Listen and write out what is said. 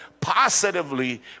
positively